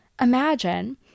imagine